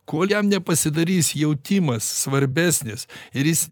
kol jam nepasidarys jautimas svarbesnis ir jis